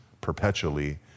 perpetually